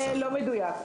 לא מדויק.